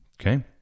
Okay